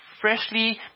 freshly